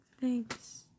thanks